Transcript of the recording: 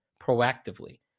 proactively